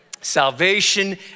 Salvation